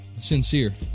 Sincere